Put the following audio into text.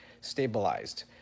stabilized